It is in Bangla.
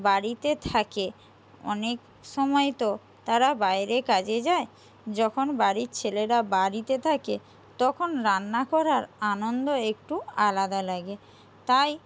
বাড়িতে থাকে অনেক সময় তো তারা বায়রে কাজে যায় যখন বাড়ির ছেলেরা বাড়িতে থাকে তখন রান্না করার আনন্দ একটু আলাদা লাগে তাই